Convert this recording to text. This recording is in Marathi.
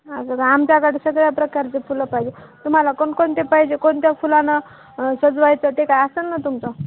असं का आमच्याकडं सगळ्या प्रकारचे फुलं पाहिजे तुम्हाला कोणकोणते पाहिजे कोणत्या फुलांनं सजवायचं ते काय असेल ना तुमचं